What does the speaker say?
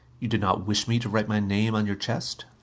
you do not wish me to write my name on your chest?